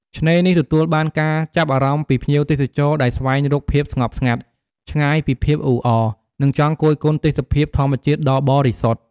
ឆ្នេរនេះទទួលបានការចាប់អារម្មណ៍ពីភ្ញៀវទេសចរដែលស្វែងរកភាពស្ងប់ស្ងាត់ ឆ្ងាយពីភាពអ៊ូអរ និងចង់គយគន់ទេសភាពធម្មជាតិដ៏បរិសុទ្ធ។